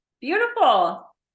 Beautiful